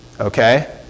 Okay